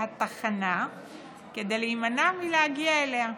התחנה כדי להימנע מלהגיע אליה.